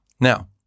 Now